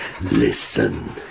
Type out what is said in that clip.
listen